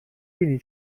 بینی